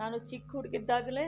ನಾನು ಚಿಕ್ಕ ಹುಡುಗಿಯಿದ್ದಾಗಲೇ